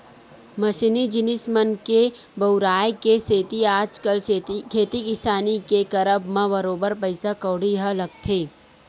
मसीनी जिनिस मन के बउराय के सेती आजकल खेती किसानी के करब म बरोबर पइसा कउड़ी ह लगथे